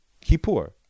Kippur